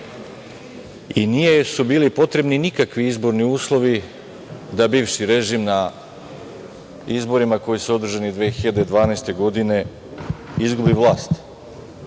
i nisu bili potrebni nikakvi izborni uslovi da bivši režim na izborima koji su održani 2012. godine …